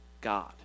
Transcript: God